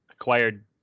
acquired